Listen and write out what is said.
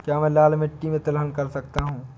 क्या मैं लाल मिट्टी में तिलहन कर सकता हूँ?